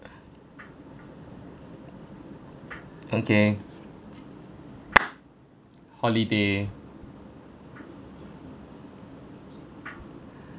okay holiday